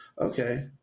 Okay